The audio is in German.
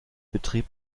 betrieb